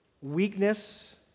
weakness